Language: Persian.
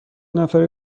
نفر